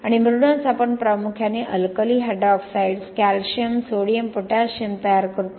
आणि म्हणूनच आपण प्रामुख्याने alkali hydroxides calcium sodium potassium तयार करतो